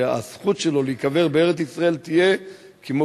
שהזכות שלו להיקבר בארץ-ישראל תהיה כמו